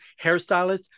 hairstylist